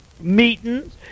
meetings